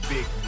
Big